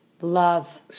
Love